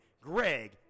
Greg